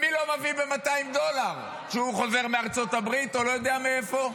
מי לא מביא ב-200 דולר כשהוא חוזר מארצות הברית או לא יודע מאיפה.